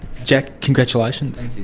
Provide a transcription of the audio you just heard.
jack, congratulations.